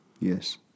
Yes